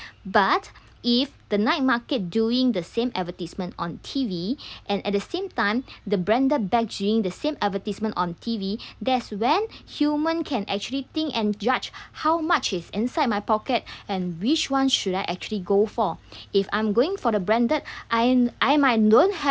but if the night market doing the same advertisement on T_V and at the same time the branded bags doing the same advertisement on T_V there's when human can actually think and judge how much is inside my pocket and which one should I actually go for if I'm going for the branded I am I might don't have